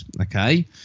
okay